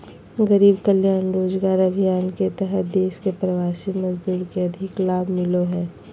गरीब कल्याण रोजगार अभियान के तहत देश के प्रवासी मजदूर के अधिक लाभ मिलो हय